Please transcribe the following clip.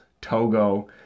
togo